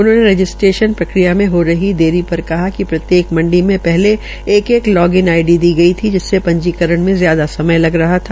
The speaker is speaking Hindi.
उन्होंने पंजीकरण प्रक्रिया मे हो रही देरी पर कहा कि प्रत्येक मंडी में पहले एक एक आईडी दी गई थी जिससे पंजीकरण में ज्यादा समय लग रहा था